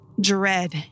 dread